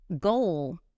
goal